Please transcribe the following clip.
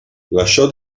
lasciò